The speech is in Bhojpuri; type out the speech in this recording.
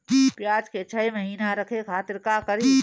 प्याज के छह महीना रखे खातिर का करी?